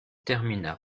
termina